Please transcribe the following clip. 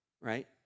right